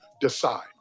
decide